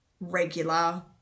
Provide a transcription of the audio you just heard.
regular